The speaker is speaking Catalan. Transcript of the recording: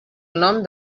nom